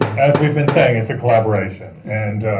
as we've been saying it's a collaboration. and